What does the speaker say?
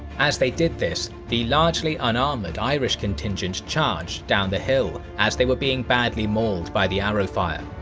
as they did this, the largely unarmoured irish contingent charged down the hill as they were being badly mauled by the arrow fire.